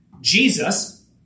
Jesus